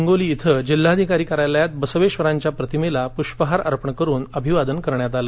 हिंगोली इथं जिल्हाधिकारी कार्यालयात बसवेश्वरांच्या प्रतिमेला प्रष्पहार अर्पण करुन अभिवादन करण्यात आलं